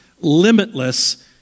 limitless